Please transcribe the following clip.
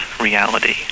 reality